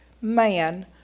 man